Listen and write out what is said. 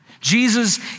Jesus